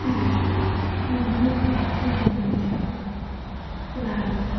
buri yiduki mi laara ko feata haa yeeso